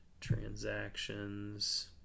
transactions